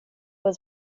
was